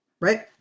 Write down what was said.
Right